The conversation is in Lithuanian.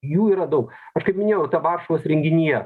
jų yra daug aš kaip minėjau tą varšuvos renginyje